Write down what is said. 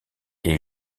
est